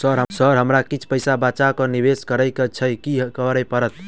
Sir हमरा किछ पैसा बचा कऽ निवेश करऽ केँ छैय की करऽ परतै?